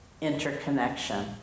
interconnection